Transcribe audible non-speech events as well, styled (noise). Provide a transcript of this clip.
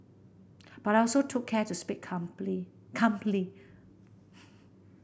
but I also took care to speak (unintelligible)